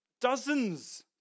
dozens